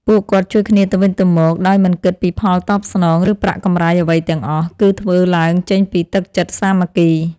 ពួកគាត់ជួយគ្នាទៅវិញទៅមកដោយមិនគិតពីផលតបស្នង ឬប្រាក់កម្រៃអ្វីទាំងអស់ គឺធ្វើឡើងចេញពីទឹកចិត្តសាមគ្គី។